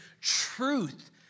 truth